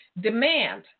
demand